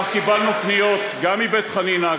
כך קיבלנו פניות גם מבית-חנינא,